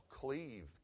cleave